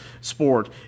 sport